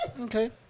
Okay